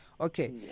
Okay